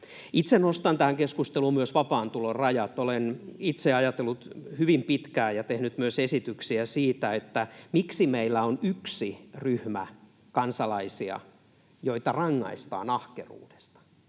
Itse nostan tähän keskusteluun myös vapaan tulon rajat. Olen itse ajatellut hyvin pitkään ja tehnyt myös esityksiä siitä, että miksi meillä on yksi ryhmä kansalaisia, joita rangaistaan ahkeruudesta.